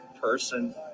person